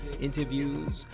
interviews